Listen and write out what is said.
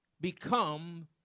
become